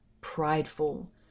prideful